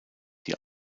die